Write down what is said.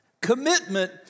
Commitment